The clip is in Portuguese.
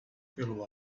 pelo